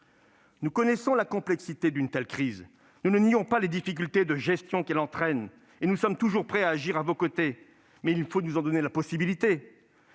Nous connaissons la complexité d'une telle crise, nous ne nions pas les difficultés de gestion qu'elle entraîne et nous sommes toujours prêts à agir à vos côtés, mais il faut nous en donner la possibilité.